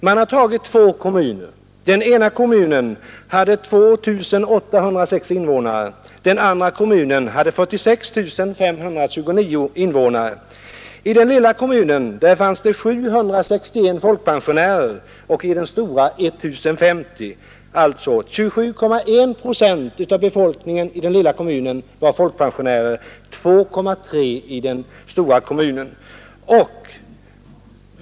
Motionärerna tog där upp två kommuner, den ena med 2 806 och den andra med 46 529 invånare. I den lilla kommunen fanns 761 folkpensionärer och i den stora 1 050. Inte mindre än 27,1 procent av befolkningen i den lilla kommunen var alltså folkpensionärer och bara 2,3 procent i den stora kommunen.